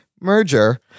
merger